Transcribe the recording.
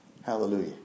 Hallelujah